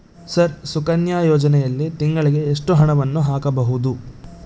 Sir Sukanya ಯೋಜನೆಯಲ್ಲಿ ತಿಂಗಳಿಗೆ ಎಷ್ಟು ಹಣವನ್ನು ಹಾಕಬಹುದು?